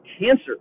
cancer